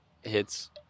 hits